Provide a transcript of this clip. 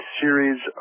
series